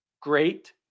great